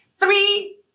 three